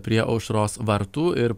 prie aušros vartų ir